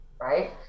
right